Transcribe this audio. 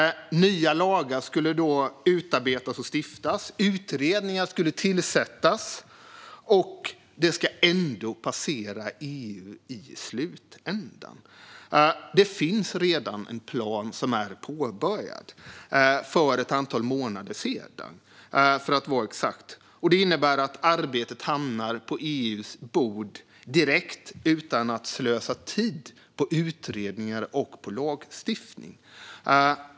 Nya lagar skulle då utarbetas och stiftas, utredningar skulle tillsättas och det ska ändå passera EU i slutändan. Det finns redan en plan som är påbörjad - för ett antal månader sedan, för att vara exakt. Den innebär att arbetet hamnar på EU:s bord direkt, utan att man slösar tid på utredningar och lagstiftning.